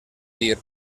dir